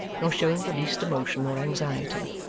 nor showing the least emotion or anxiety.